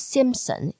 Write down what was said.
Simpson